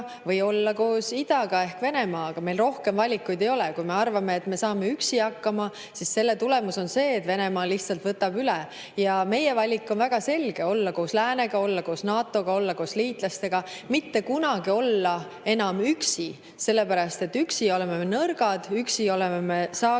või olla koos idaga ehk Venemaaga. Meil rohkem valikuid ei ole. Kui me arvame, et me saame üksi hakkama, siis tulemus on see, et Venemaa lihtsalt võtab üle. Meie valik on väga selge: olla koos läänega, olla koos NATO‑ga, olla koos liitlastega, mitte kunagi olla enam üksi, sellepärast et üksi me oleme nõrgad, üksi me oleme saagiks